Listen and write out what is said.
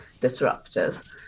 disruptive